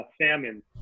salmon